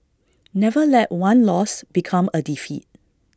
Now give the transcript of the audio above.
never let one loss become A defeat